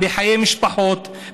בחיי משפחות,